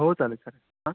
हो चालेल चालेल हां